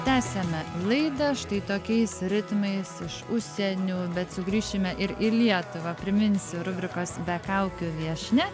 tęsiame laidą štai tokiais ritmais iš užsienių bet sugrįšime ir į lietuvą priminsiu rubrikos be kaukių viešnia